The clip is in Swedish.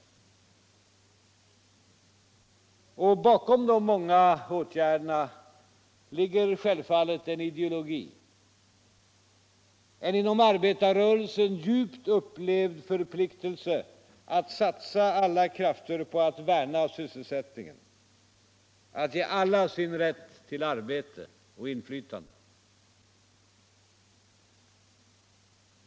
Och bakom de många åtgärderna ligger självfallet en ideologi, en inom arbetarrörelsen djupt upplevd förpliktelse att satsa alla krafter på att värna sysselsättningen, att ge alla deras rätt till arbete och inflytande.